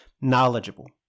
knowledgeable